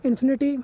infinity